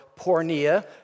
pornea